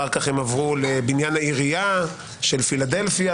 אחר כך הם עברו לבניין העירייה של פילדלפיה,